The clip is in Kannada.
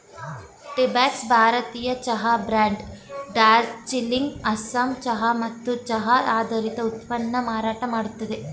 ಟೀಬಾಕ್ಸ್ ಭಾರತೀಯ ಚಹಾ ಬ್ರ್ಯಾಂಡ್ ಡಾರ್ಜಿಲಿಂಗ್ ಅಸ್ಸಾಂ ಚಹಾ ಮತ್ತು ಚಹಾ ಆಧಾರಿತ ಉತ್ಪನ್ನನ ಮಾರಾಟ ಮಾಡ್ತದೆ